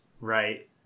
right